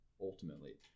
ultimately